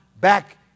back